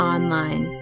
Online